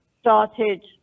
started